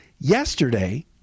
Yesterday